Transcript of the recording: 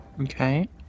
Okay